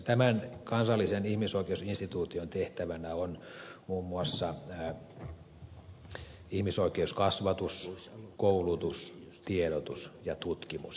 tämän kansallisen ihmisoikeusinstituution tehtävänä on muun muassa ihmisoikeuskasvatus koulutus tiedotus ja tutkimus